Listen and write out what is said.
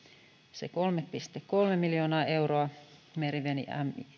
se kolme pilkku kolme miljoonaa euroa merivene